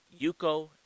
Yuko